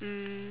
mm